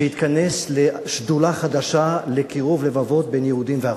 שהתכנס לשם הקמת שדולה חדשה לקירוב לבבות בין יהודים לערבים.